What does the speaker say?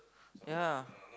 ya